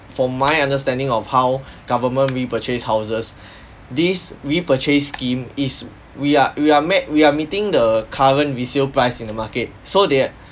for my understanding of how government repurchase houses these repurchase scheme is we are we are met we are meeting the current resale price in the market so they are